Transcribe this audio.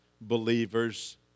believers